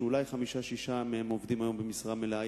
שאולי חמישה-שישה מהם עובדים היום במשרה מלאה,